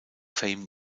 fame